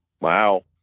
Wow